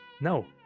No